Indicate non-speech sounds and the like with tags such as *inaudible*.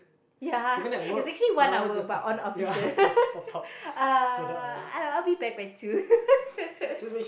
ya is actually one hour but unofficial *laughs* uh I will be back by two